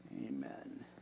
Amen